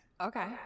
okay